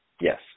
Yes